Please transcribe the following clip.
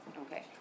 Okay